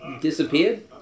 disappeared